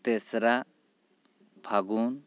ᱛᱮᱥᱨᱟ ᱯᱷᱟᱹᱜᱩᱱ